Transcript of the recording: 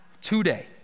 today